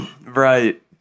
Right